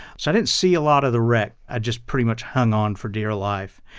so i didn't see a lot of the wreck. i just pretty much hung on for dear life.